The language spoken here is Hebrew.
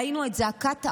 וראינו את זעקת ההורים.